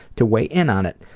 to weigh in on it.